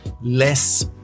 less